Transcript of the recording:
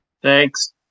Thanks